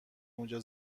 اونجا